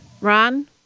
ron